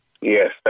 Yes